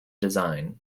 design